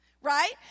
right